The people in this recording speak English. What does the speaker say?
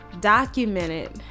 documented